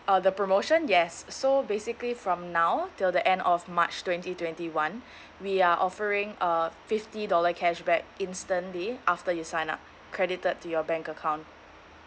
uh the promotion yes so basically from now till the end of march twenty twenty one we are offering a fifty dollar cashback instantly after you sign up credited to your bank account